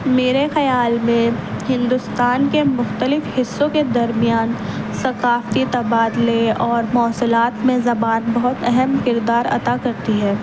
میرے خیال میں ہندوستان کے مختلف حصوں کے درمیان ثقافتی تبادلے اور مواصلات میں زبان بہت اہم کردار ادا کرتی ہے